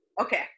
Okay